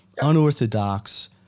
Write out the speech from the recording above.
unorthodox